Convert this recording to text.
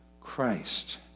Christ